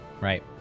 Right